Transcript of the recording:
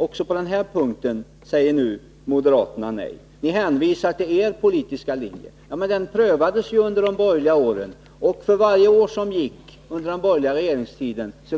Också på den punkten säger nu moderaterna nej. Ni hänvisar till er politiska linje. Ja, men den prövades ju under de borgerliga regeringsåren, och för varje år som gick